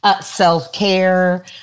self-care